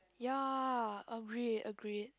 ya agreed agreed